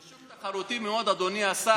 וזה שוק תחרותי מאוד, אדוני השר.